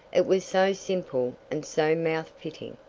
it was so simple, and so mouth-fitting.